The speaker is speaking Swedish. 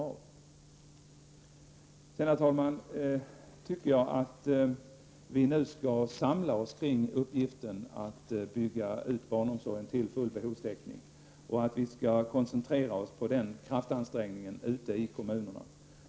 Jag tycker vidare att vi nu skall samla oss kring uppgiften att bygga ut barnomsorgen till full behovstäckning och koncentrera oss på att göra den kraftansträngningen ute i kommunerna.